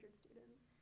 students